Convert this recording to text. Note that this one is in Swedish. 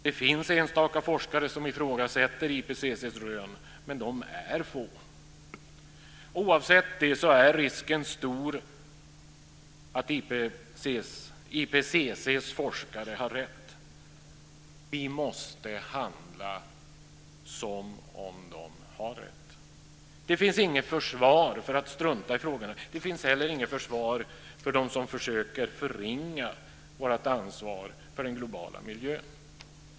Det finns enstaka forskare som ifrågasätter IPCC:s rön, men de är få. Oavsett det är risken stor att IPCC:s forskare har rätt. Vi måste handla som om de har rätt. Det finns inget försvar för att strunta i frågan. Det finns heller inget försvar för dem som försöker förringa vårt ansvar för den globala miljön.